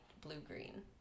blue-green